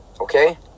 okay